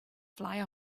fly